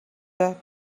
that